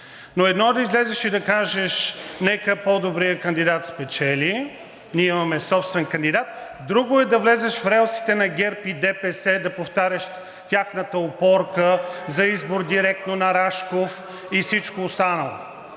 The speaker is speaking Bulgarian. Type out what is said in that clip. Но едно е да излезеш и да кажеш: „Нека по добрият кандидат спечели. Ние имаме собствен кандидат“, друго е да влезеш в релсите на ГЕРБ и ДПС, да повтаряш тяхната опорка за избор директно на Рашков и всичко останало.